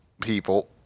people